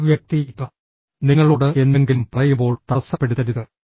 ആ വ്യക്തി നിങ്ങളോട് എന്തെങ്കിലും പറയുമ്പോൾ തടസ്സപ്പെടുത്തരുത്